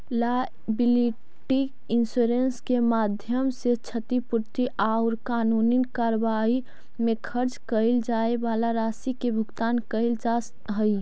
liability insurance के माध्यम से क्षतिपूर्ति औउर कानूनी कार्रवाई में खर्च कैइल जाए वाला राशि के भुगतान कैइल जा हई